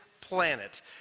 planet